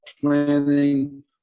planning